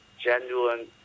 genuine